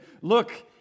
Look